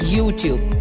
YouTube